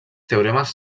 teoremes